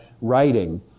writing